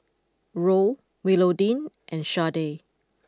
Roll Willodean and Sharday